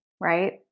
right